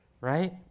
right